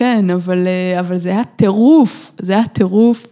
‫כן, אבל זה היה טירוף. ‫זה היה טירוף.